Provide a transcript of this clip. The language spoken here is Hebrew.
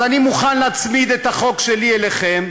אז אני מוכן להצמיד את החוק שלי אליכם